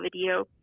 video